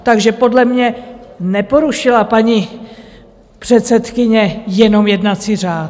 Takže podle mě neporušila paní předsedkyně jenom jednací řád.